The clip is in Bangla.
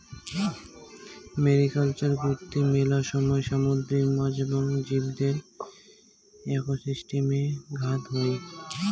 মেরিকালচার কৈত্তে মেলা সময় সামুদ্রিক মাছ এবং জীবদের একোসিস্টেমে ঘাত হই